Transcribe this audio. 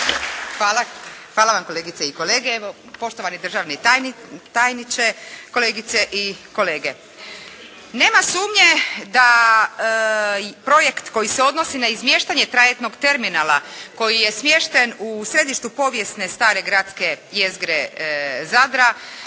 Hvala vam kolegice i kolege. Evo poštovani državni tajniče, kolegice i kolege. Nema sumnje da projekt koji se odnosi na izmještanje trajektnog terminala koji je smješten u središtu povijesne stare gradske jezgre Zadra,